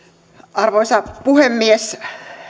arvoisa puhemies